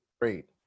great